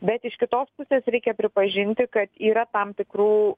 bet iš kitos pusės reikia pripažinti kad yra tam tikrų